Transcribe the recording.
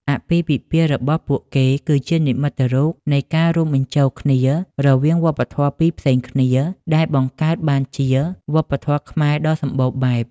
អាពាហ៍ពិពាហ៍របស់ពួកគេ គឺជានិមិត្តរូបនៃការរួមបញ្ចូលគ្នារវាងវប្បធម៌ពីរផ្សេងគ្នា ដែលបង្កើតបានជាវប្បធម៌ខ្មែរដ៏សម្បូរបែប។